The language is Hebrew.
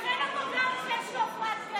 אני אאבחן גם אותו שיש לו הפרעת קשב.